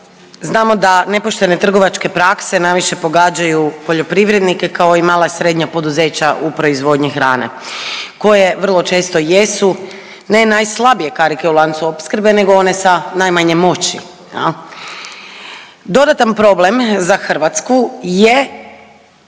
znamo da nepoštene trgovačke prakse najviše pogađaju poljoprivrednike, kao i mala i srednja poduzeća u proizvodnji hrane koje vrlo jesu ne najslabije karike u lancu opskrbe nego one sa najmanje moći jel. Dodatan problem za Hrvatsku je